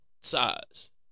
size